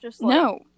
No